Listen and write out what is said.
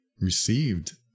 received